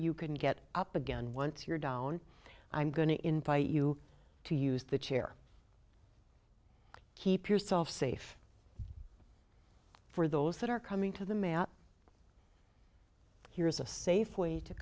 you can get up again once you're down i'm going to invite you to use the chair keep yourself safe for those that are coming to the mat here is a safe way to